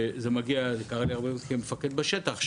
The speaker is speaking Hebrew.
וזה קרה לי הרבה פעמים כמפקד בשטח,